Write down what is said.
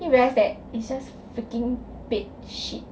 then we realized that it's just freaking bed sheet